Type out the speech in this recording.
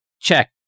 check